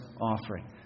offering